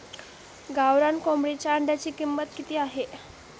गावरान कोंबडीच्या अंड्याची किंमत किती आहे?